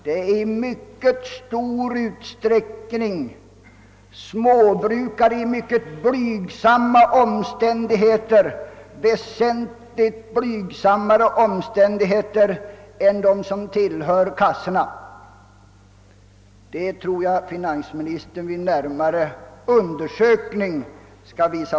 Det är i mycket stor utsträckning småbrukare som befinner sig i väsentligt mera blygsamma omständigheter än de som tillhör arbetslöshetskassorna; detta tror jag finansministern vid närmare undersökning skall finna.